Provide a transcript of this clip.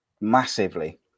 Massively